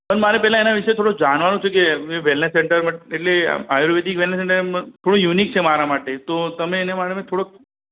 પણ મારે પહેલાં એનાં વિશે થોડો જાણવાનું છે કે એ વૅલનેસ સેન્ટરમાં એટલે આયુર્વેદિક વૅલનેસ સેન્ટર એમ થોડું યુનિક છે મારા માટે તો તમે એના માટે થોડોક